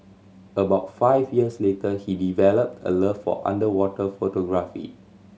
about five years later he developed a love for underwater photography